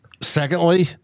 Secondly